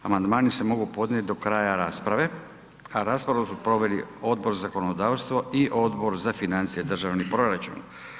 Amandmani se mogu podnijet do kraja rasprave, a raspravu su proveli Odbor za zakonodavstvo i Odbor za financije i državni proračun.